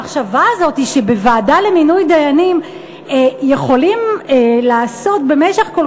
המחשבה הזאת שבוועדה למינוי דיינים יכולים לעשות במשך כל